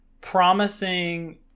promising